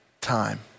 time